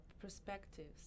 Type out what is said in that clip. perspectives